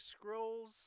Scrolls